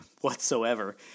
whatsoever